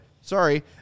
Sorry